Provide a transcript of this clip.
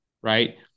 right